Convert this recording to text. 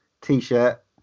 t-shirt